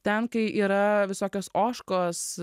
ten kai yra visokios ožkos